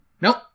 Nope